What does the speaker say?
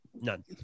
None